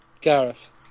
Gareth